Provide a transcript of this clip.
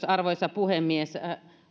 arvoisa puhemies